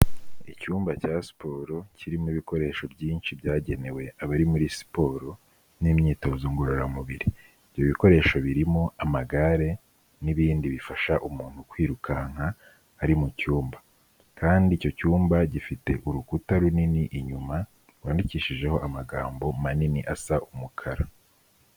Icyumba cya siporo kirimo ibikoresho byinshi byagenewe abari muri siporo n'imyitozo ngororamubiri, ibyo bikoresho birimo amagare n'ibindi bifasha umuntu kwirukanka ari mu cyumba kandi icyo cyumba gifite urukuta runini inyuma, rwandikishijeho amagambo manini asa umukara.